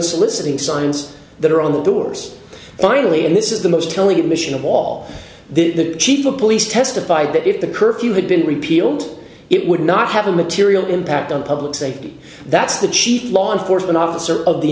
soliciting signs that are on the doors finally and this is the most telling admission of all the chief of police testified that if the curfew had been repealed it would not have a material impact on public safety that's the chief law enforcement officer of the